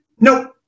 Nope